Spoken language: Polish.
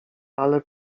ale